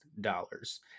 dollars